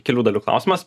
kelių dalių klausimas